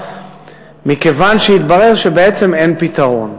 מכיוון שהתברר שבעצם אין פתרון.